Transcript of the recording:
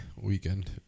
weekend